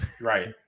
Right